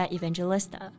Evangelista 。